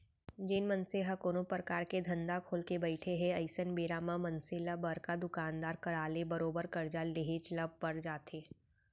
जेन मनसे ह कोनो परकार के धंधा खोलके बइठे हे अइसन बेरा म मनसे ल बड़का दुकानदार करा ले बरोबर करजा लेहेच ल पर जाथे